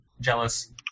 Jealous